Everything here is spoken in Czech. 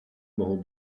mohou